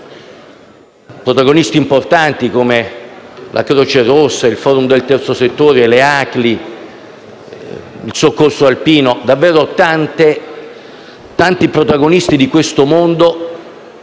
protagonisti importanti come la Croce Rossa, il Forum nazionale del terzo settore, le ACLI, il soccorso alpino. Davvero tanti protagonisti sono